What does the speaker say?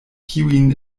kiujn